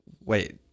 wait